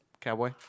cowboy